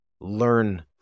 learn